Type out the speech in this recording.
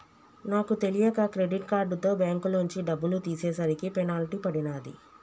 నాకు తెలియక క్రెడిట్ కార్డుతో బ్యేంకులోంచి డబ్బులు తీసేసరికి పెనాల్టీ పడినాది